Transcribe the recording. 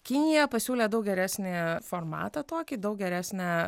kinija pasiūlė daug geresnį formatą tokį daug geresnę